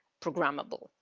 programmable